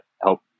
help